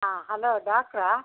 ಹಾಂ ಹಲೋ ಡಾಕ್ಟ್ರಾ